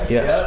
Yes